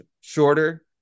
shorter